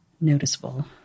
noticeable